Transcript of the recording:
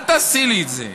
אל תעשי לי את זה.